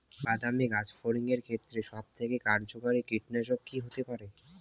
বাদামী গাছফড়িঙের ক্ষেত্রে সবথেকে কার্যকরী কীটনাশক কি হতে পারে?